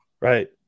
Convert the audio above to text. Right